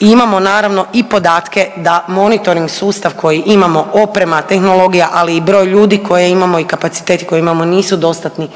Imamo naravno i podatke da monitoring sustav koji imamo oprema, tehnologija, ali i broj ljudi koje imamo i kapaciteti koje imamo nisu dostatni